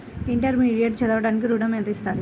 Intermediate చదవడానికి ఋణం ఎంత ఇస్తారు?